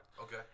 Okay